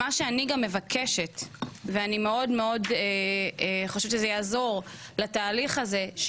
מה שאני מבקשת ואני חושבת שזה יעזור לתהליך הזה,